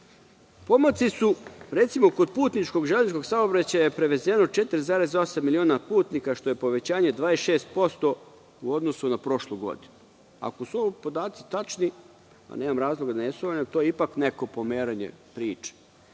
Pomaci, recimo kod putničkog železničkog saobraćaja prevezeno je 4,8 miliona putnika što je povećanje 26% u odnosu na prošlu godinu. Ako su ovi podaci tačni, nemam razloga da ne sumnjam, to je ipak neko pomeranje